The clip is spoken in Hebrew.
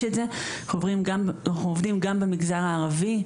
את זה אנחנו עובדים גם במגזר הערבי,